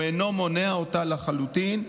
הוא אינו מונע אותה לחלוטין,